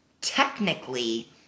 technically